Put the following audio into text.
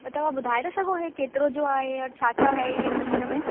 त तव्हां ॿुधाए था सघो इहो केतिरो जो आहे छा छा आहे हिन में